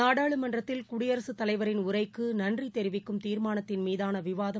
நாடாளுமன்றத்தில் குடியரசுத்தலைவரின் உரைக்குநன்றிதெரிவிக்கும் தீாமானத்தின் மீதானவிவாதம்